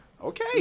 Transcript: Okay